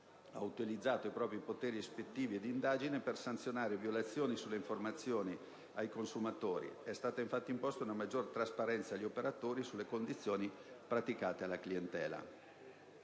ha utilizzato i propri poteri ispettivi e di indagine per sanzionare violazioni sulle informazioni ai consumatori. È stata infatti imposta una maggior trasparenza agli operatori sulle condizioni praticate alla clientela.